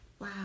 wow